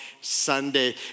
Sunday